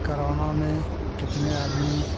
corona में कितने आदमी